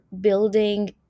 building